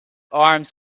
arms